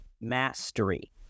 Mastery